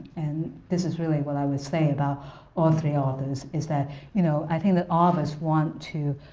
and this is really what i would say about all three authors is that you know i think that all of us want to